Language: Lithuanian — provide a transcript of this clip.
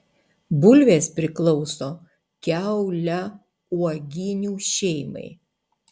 bulvės priklauso kiauliauoginių šeimai